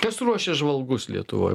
kas ruošia žvalgus lietuvoj